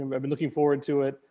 um i've been looking forward to it.